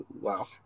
Wow